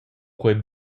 quei